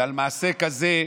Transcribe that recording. ועל מעשה כזה,